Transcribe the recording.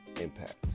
impact